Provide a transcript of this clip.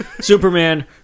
Superman